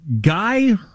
Guy